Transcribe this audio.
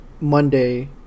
Monday